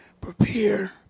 prepare